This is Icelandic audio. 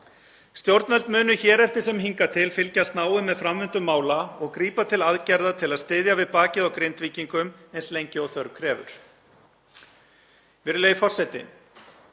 Stjórnvöld munu hér eftir sem hingað til fylgjast náið með framvindu mála og grípa til aðgerða til að styðja við bakið á Grindvíkingum eins lengi og þörf krefur. Virðulegi forseti.